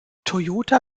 toyota